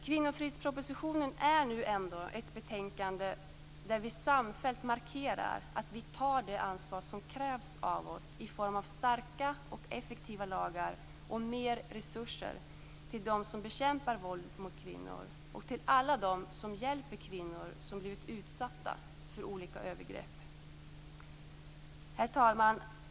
Kvinnofridspropositionen är nu ändå en proposition där vi samfällt markerar att vi tar det ansvar som krävs av oss i form av starka och aktiva lagar och mer resurser till dem som bekämpar våld mot kvinnor, och till alla dem som hjälper kvinnor som blivit utsatta för olika övergrepp. Herr talman!